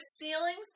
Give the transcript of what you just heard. ceilings